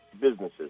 businesses